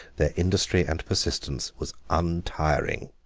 their industry and persistence was untiring.